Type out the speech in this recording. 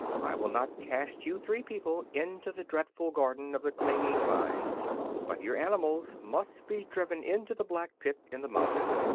i will not cast you three people into the dreadful garden of the clinging vines but your animals must be driven into the black pit in the mountain,